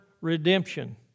redemption